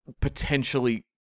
potentially